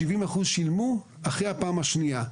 70 אחוז שילמו אחרי הפעם השנייה.